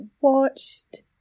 watched